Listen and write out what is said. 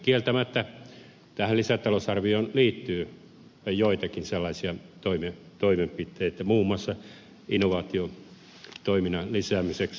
kieltämättä tähän lisätalousarvioon liittyy joitakin sellaisia toimenpiteitä muun muassa innovaatiotoiminnan lisäämiseksi